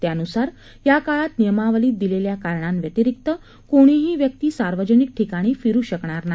त्यानुसार या काळात नियमावलीत दिलेल्या कारणांव्यतिरिक्त कोणीही व्यक्ती सार्वजनिक ठिकाणी फिरू शकणार नाही